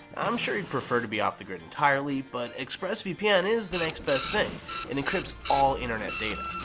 i'm sure he'd prefer to be off the grid entirely, but express vpn is the next best thing. it encrypts all internet data.